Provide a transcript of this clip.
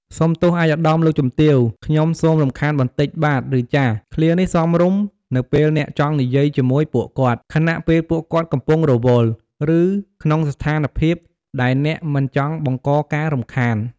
"សូមទោសឯកឧត្តម លោកជំទាវ ខ្ញុំសូមរំខានបន្តិចបាទ ឬ ចាស" ឃ្លានេះសមរម្យនៅពេលអ្នកចង់និយាយជាមួយពួកគាត់ ខណៈពេលពួកគាត់កំពុងរវល់ ឬក្នុងស្ថានភាពដែលអ្នកមិនចង់បង្កការរំខាន។